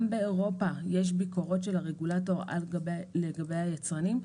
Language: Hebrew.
גם באירופה יש ביקורות של הרגולטור לגבי היצרנים.